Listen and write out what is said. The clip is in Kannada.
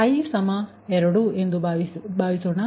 i2 ಎಂದು ಭಾವಿಸೋಣ